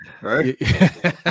right